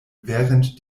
während